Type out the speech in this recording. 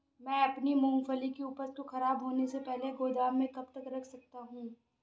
मैं अपनी मूँगफली की उपज को ख़राब होने से पहले गोदाम में कब तक रख सकता हूँ?